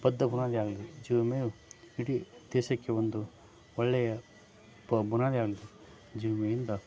ಬದ್ಧ ಬುನಾದಿ ಆಗಲಿದೆ ಜೀವ ವಿಮೆಯು ಇಡೀ ದೇಶಕ್ಕೆ ಒಂದು ಒಳ್ಳೆಯ ಬ ಬುನಾದಿ ಆಗಲಿ ಜೀವ ವಿಮೆಯಿಂದ